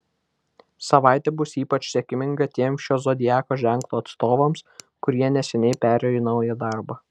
savaitė bus ypač sėkminga tiems šio zodiako ženklo atstovams kurie neseniai perėjo į naują darbą